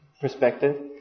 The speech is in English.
perspective